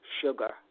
sugar